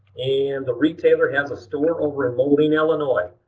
and the retailer has a store over in moline, illinois.